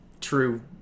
true